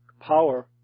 power